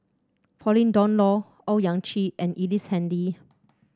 Pauline Dawn Loh Owyang Chi and Ellice Handy